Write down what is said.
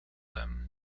them